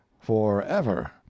forever